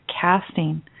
casting